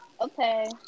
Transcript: okay